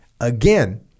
Again